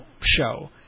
show